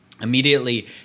immediately